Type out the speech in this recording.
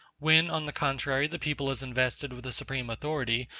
when, on the contrary, the people is invested with the supreme authority,